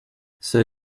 sir